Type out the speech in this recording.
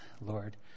Lord